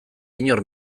inor